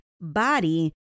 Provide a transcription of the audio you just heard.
body